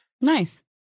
Nice